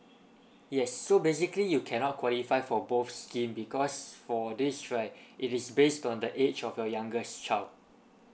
yes so basically you cannot qualify for both scheme because for this right it is based on the age of your youngest child